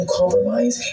compromise